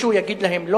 מישהו יגיד להם לא?